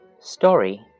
Story